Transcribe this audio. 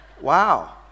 wow